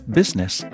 business